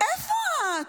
איפה את?